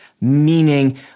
Meaning